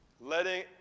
letting